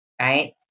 Right